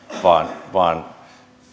vaan vaan